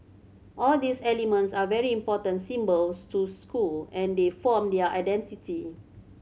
all these elements are very important symbols to school and they form their identity